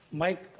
mike,